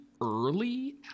early